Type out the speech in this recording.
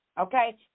okay